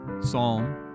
Psalm